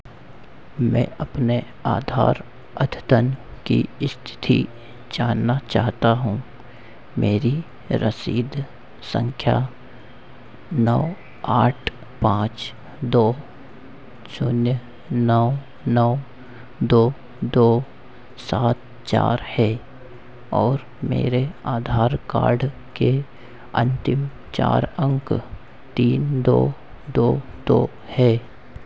मैं अपने आधार अद्यतन की स्थिति जानना चाहता हूँ मेरी रसीद संख्या नौ आठ पाँच दो शून्य नौ नौ दो दो सात चार है और मेरे आधार कार्ड के अन्तिम चार अंक तीन दो दो दो है